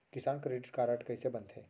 किसान credit card कइसे बनथे?